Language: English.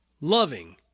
loving